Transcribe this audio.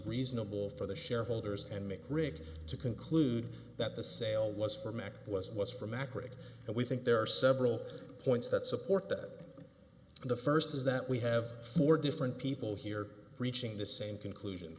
reasonable for the shareholders and make rigs to conclude that the sale was from act was was from accurate and we think there are several points that support that the first is that we have four different people here reaching the same conclusion